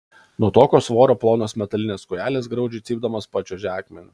nuo tokio svorio plonos metalinės kojelės graudžiai cypdamos pačiuožė akmeniu